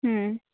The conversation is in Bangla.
হুম